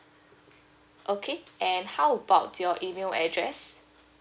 okay and how about your email address